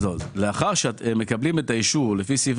לאחר שהם מקבלים את האישור לפי בקשה לעניין סעיף